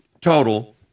total